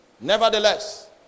nevertheless